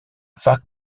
vaak